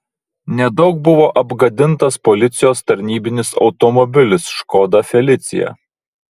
nedaug buvo apgadintas policijos tarnybinis automobilis škoda felicia